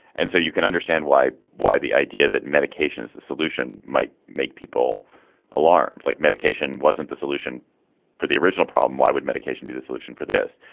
and so you can understand why why the idea that medication is the solution might make people alarmed like medication wasn't the solution for the original problem why would medication be the solution for this.